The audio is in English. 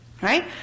Right